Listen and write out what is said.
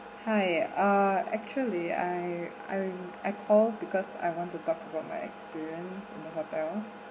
hi uh actually I I'm I call because I want to talk about my experience in the hotel